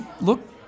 look